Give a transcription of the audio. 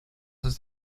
ist